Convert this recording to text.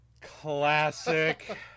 classic